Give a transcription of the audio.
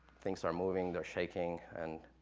things start moving, they're shaking, and